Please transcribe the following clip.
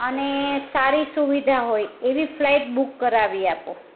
અને સારી સુવિધા હોય એવી ફ્લાઇટ બુક કરાવી આપો